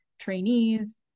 trainees